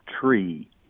tree